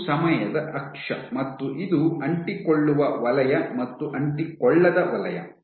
ಇದು ಸಮಯದ ಅಕ್ಷ ಮತ್ತು ಇದು ಅಂಟಿಕೊಳ್ಳವ ವಲಯ ಮತ್ತು ಅಂಟಿಕೊಳ್ಳದ ವಲಯ